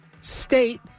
State